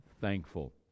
thankful